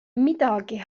midagi